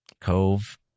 cove